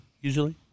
usually